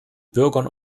bürgern